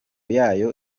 yayo